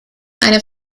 eine